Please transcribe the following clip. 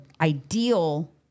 ideal